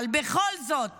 אבל בכל זאת